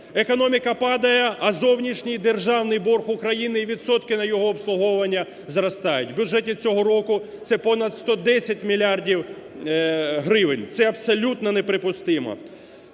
Економіка падає, а зовнішній державний борг України і відсотки на його обслуговування зростають. У бюджеті цього року це понад 110 мільярдів гривень, це абсолютно не припустимо.